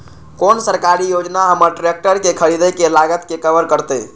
कोन सरकारी योजना हमर ट्रेकटर के खरीदय के लागत के कवर करतय?